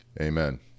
amen